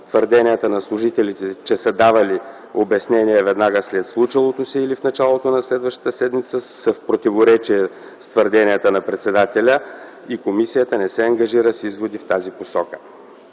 Твърденията на служители, че са давали обяснения веднага след случилото се или в началото на следващата седмица, са в противоречие с твърденията на председателя и комисията не се ангажира с изводи в тази посока.